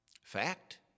Fact